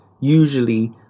usually